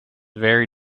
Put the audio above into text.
very